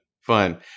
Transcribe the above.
fun